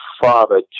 father